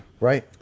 Right